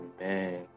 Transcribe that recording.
Amen